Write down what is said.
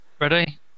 ready